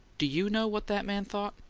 do you know what that man thought?